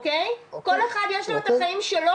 לכל אחד יש את החיים שלו,